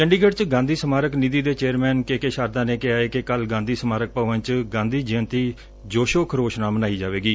ਚੰਡੀਗੜ ਚ ਗਾਂਧੀ ਸਮਾਰਕ ਨਿਬੀ ਦੇ ਚੇਅਰਮੈਨ ਕੇ ਕੇ ਸ਼ਾਰਦਾ ਨੇ ਕਿਹਾ ਏ ਕਿ ਕੱਲ ਗਾਂਧੀ ਸਮਾਰਕ ਭਵਨ ਚ ਗਾਂਧੀ ਜਯੰਤੀ ਜ਼ੋਸ਼ੋ ਖਰੋਸ਼ ਨਾਲ ਮਨਾਈ ਜਾਵੇਗੀ